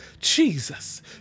Jesus